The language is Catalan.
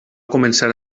començar